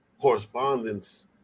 correspondence